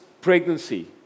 pregnancy